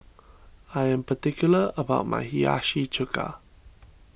I am particular about my Hiyashi Chuka